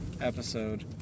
episode